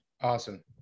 Awesome